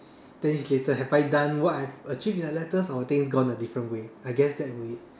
ten years later have I done what I've achieve in the letters or things gone a different way I guess that way